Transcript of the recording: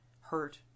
hurt